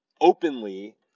openly